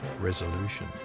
resolution